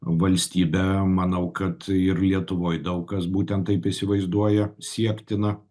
valstybe manau kad ir lietuvoj daug kas būtent taip įsivaizduoja siektiną